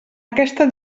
aquesta